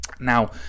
Now